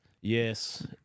Yes